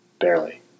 Barely